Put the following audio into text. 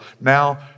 now